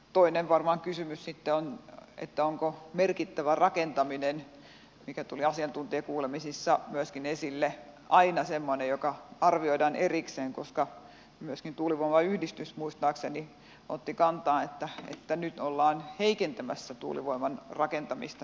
toinen kysymys varmaan sitten on onko merkittävä rakentaminen mikä tuli asiantuntijakuulemisissa myöskin esille aina semmoinen joka arvioidaan erikseen koska myöskin tuulivoimayhdistys muistaakseni otti kantaa että nyt ollaan heikentämässä tuulivoiman rakentamista sinne